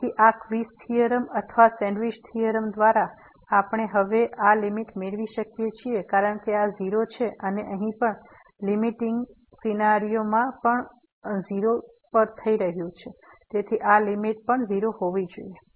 તેથી આ squeeze theorem અથવા સેન્ડવિચ થીયોરમ દ્વારા આપણે હવે આ લીમીટ મેળવી શકીએ છીએ કારણ કે આ 0 છે અને અહીં પણ લીમીટીંગ સીનારીઓ માં આ પણ 0 પર જઈ રહ્યું છે તેથી આ લીમીટ 0 હોવી જોઈએ